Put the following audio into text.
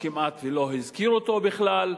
שהוא כמעט לא הזכיר אותו בכלל,